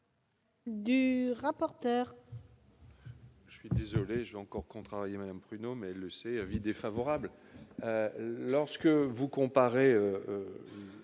le rapporteur.